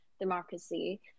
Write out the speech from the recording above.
democracy